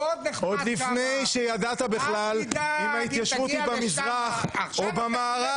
עוד לפני שידעת בכלל אם ההתיישבות היא במזרח או במערב,